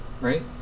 right